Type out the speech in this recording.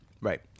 right